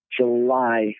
July